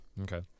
Okay